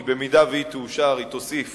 כי אם היא תאושר היא תוסיף